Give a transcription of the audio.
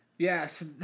Yes